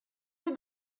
her